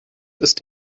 ist